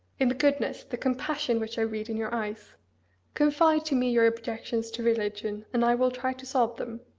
in the goodness, the compassion, which i read in your eyes confide to me your objections to religion, and i will try to solve them.